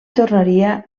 tornaria